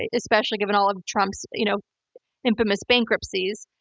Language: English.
ah especially given all of trump's you know infamous bankruptcies.